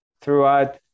throughout